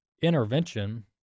intervention